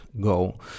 go